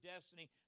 destiny